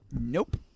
Nope